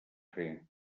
fer